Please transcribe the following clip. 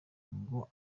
ngo